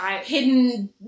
hidden